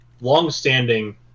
longstanding